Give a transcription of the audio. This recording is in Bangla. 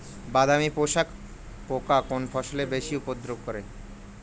বাদামি শোষক পোকা কোন ফসলে বেশি উপদ্রব করে?